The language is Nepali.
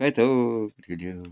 खोइ त हो